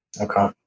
Okay